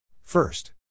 First